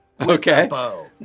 Okay